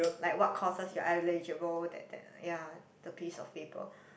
like what courses you are eligible that that ya the piece of paper